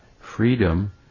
freedom